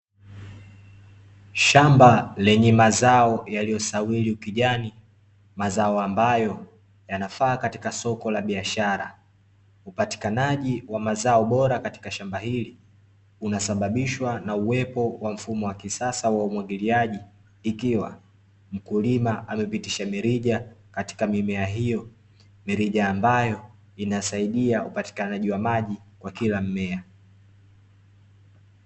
Shamba lenye mazao yaliyosawili ukijani, mazao ambayo yanafaa katika soko la biashara. Upatikanaji wa mazao bora katika shamba hili unasababishwa na uwepo wa mfumo wa kisasa wa umwagiliaji, ikiwa mkulima amepitisha mirija katika mimea hiyo. Mirija ambayo inasaidia upatikanaji wa maji kwa kila mmea.